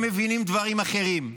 הם מבינים דברים אחרים.